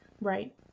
Right